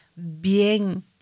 bien